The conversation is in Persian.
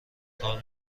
کار